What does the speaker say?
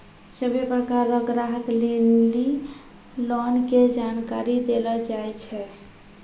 सभ्भे प्रकार रो ग्राहक लेली लोन के जानकारी देलो जाय छै